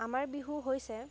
আমাৰ বিহু হৈছে